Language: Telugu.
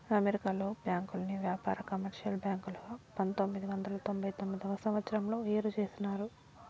అమెరికాలో బ్యాంకుల్ని వ్యాపార, కమర్షియల్ బ్యాంకులుగా పంతొమ్మిది వందల తొంభై తొమ్మిదవ సంవచ్చరంలో ఏరు చేసినారు